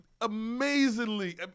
amazingly –